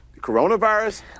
coronavirus